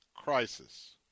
crisis